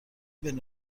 بین